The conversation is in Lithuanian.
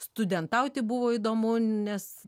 studentauti buvo įdomu nes